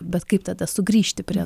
bet kaip tada sugrįžti prie